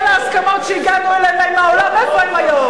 כל ההסכמות שהגענו אליהן עם העולם, איפה הן היום?